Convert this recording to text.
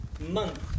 month